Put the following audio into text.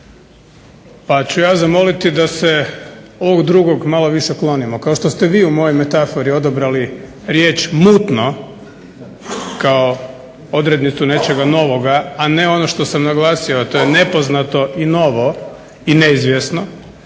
pa ću ja zamoliti da se ovog drugog malo više klonimo. Kao što ste vi u mojoj metafori odabrali riječ mutno kao odrednicu nečega novoga, a ne ono što sam naglasio, a to je nepoznato i novo i neizvjesno,